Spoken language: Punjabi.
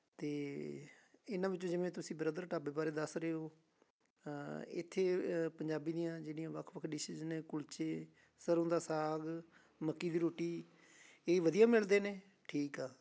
ਅਤੇ ਇਹਨਾਂ ਵਿੱਚੋਂ ਜਿਵੇਂ ਤੁਸੀਂ ਬਰਦਰ ਢਾਬੇ ਬਾਰੇ ਦੱਸ ਰਹੇ ਹੋ ਇੱਥੇ ਪੰਜਾਬੀ ਦੀਆਂ ਜਿਹੜੀਆਂ ਵੱਖ ਵੱਖ ਡਿਸ਼ਿਜ਼ ਨੇ ਕੁਲਚੇ ਸਰੋਂ ਦਾ ਸਾਗ ਮੱਕੀ ਦੀ ਰੋਟੀ ਇਹ ਵਧੀਆ ਮਿਲਦੇ ਨੇ ਠੀਕ ਆ